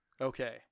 okay